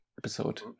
episode